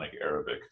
Arabic